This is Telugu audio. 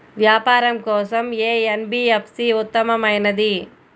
వ్యాపారం కోసం ఏ ఎన్.బీ.ఎఫ్.సి ఉత్తమమైనది?